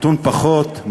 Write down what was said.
מתון פחות?